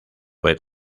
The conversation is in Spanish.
fue